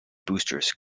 boosters